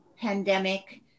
pandemic